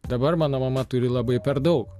dabar mano mama turi labai per daug